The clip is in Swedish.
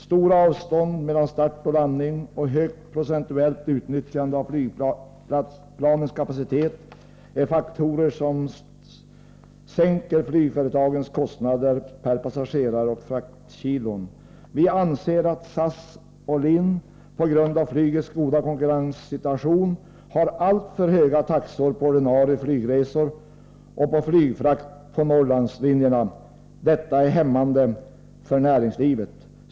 Stora avstånd mellan start och landning och högt procentuellt utnyttjande av flygplanens kapacitet är faktorer som sänker flygföretagens kostnader per passagerare och fraktkilon. Vi anser att SAS och LIN på grund av flygets goda konkurrenssituation har alltför höga taxor på ordinarie flygresor och på flygfrakt på Norrlandslinjerna. Detta är hämmande för näringslivet.